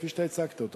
כפי שהצגת אותו.